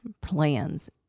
plans